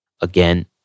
Again